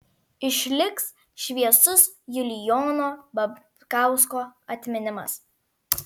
išliks šviesus julijono babkausko atminimas